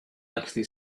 actually